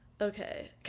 okay